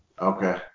okay